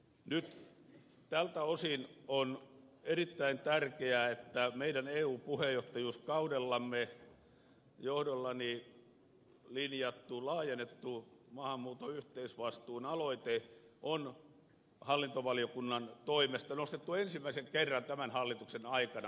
nyt tältä osin on erittäin tärkeää että meidän eu puheenjohtajuuskaudellamme johdollani linjattu laajennettu maahanmuuton yhteisvastuun aloite on hallintovaliokunnan toimesta nostettu ensimmäisen kerran tämän hallituksen aikana esille